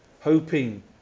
hoping